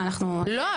לא,